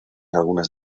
algunas